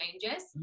changes